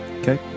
Okay